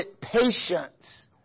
patience